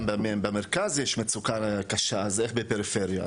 גם במרכז יש מצוקה קשה, אז איך בפריפריה?